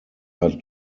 are